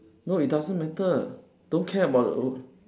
no it doesn't matter don't care about